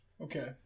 Okay